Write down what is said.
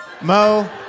Mo